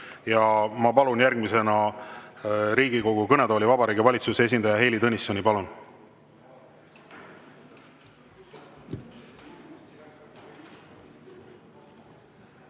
ja ma palun järgmisena Riigikogu kõnetooli Vabariigi Valitsuse esindaja Heili Tõnissoni. Palun!